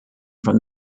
from